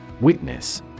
Witness